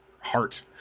heart